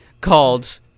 Called